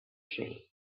tree